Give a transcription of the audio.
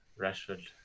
rashford